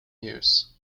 use